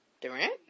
Durant